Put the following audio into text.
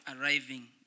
arriving